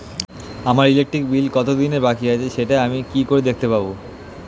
আমার electric bill কত দিনের বাকি আছে সেটা আমি কি করে দেখতে পাবো?